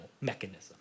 mechanism